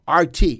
RT